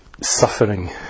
suffering